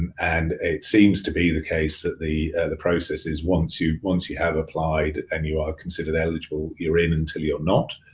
and it seems to be the case that the the process is once you once you have applied and you are considered eligible, you're in until you're not.